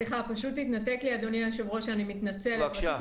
פשוט התנתק לי, אדוני היושב-ראש, אני מתנצלת.